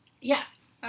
Yes